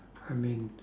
I mean